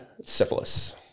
syphilis